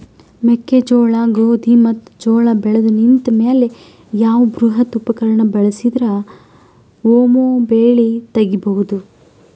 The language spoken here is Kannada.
ಮೆಕ್ಕೆಜೋಳ, ಗೋಧಿ ಮತ್ತು ಜೋಳ ಬೆಳೆದು ನಿಂತ ಮೇಲೆ ಯಾವ ಬೃಹತ್ ಉಪಕರಣ ಬಳಸಿದರ ವೊಮೆ ಬೆಳಿ ತಗಿಬಹುದು?